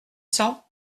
cents